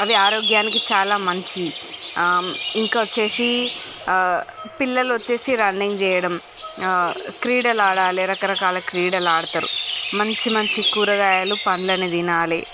అవి ఆరోగ్యానికి చాలా మంచి ఇంకా వచ్చేసి పిల్లలు వచ్చేసి రన్నింగ్ చేయడం క్రీడలు అడలే రకరకలా క్రీడలు ఆడతారు మంచి మంచి కురగాయలను పండ్లను తినాలే